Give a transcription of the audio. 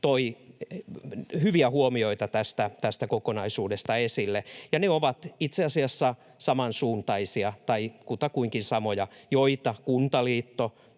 toi hyviä huomioita tästä kokonaisuudesta esille, ja ne ovat itse asiassa samansuuntaisia tai kutakuinkin samoja, joita Kuntaliitto,